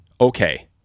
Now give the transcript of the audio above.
okay